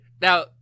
Now